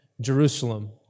Jerusalem